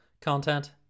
content